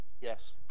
Yes